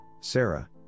Sarah